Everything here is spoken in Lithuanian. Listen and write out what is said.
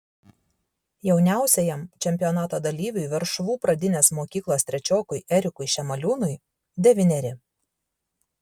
jauniausiajam čempionato dalyviui veršvų pradinės mokyklos trečiokui erikui šemaliūnui devyneri